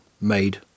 made